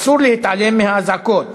אסור להתעלם מהאזעקות,